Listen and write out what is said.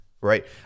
right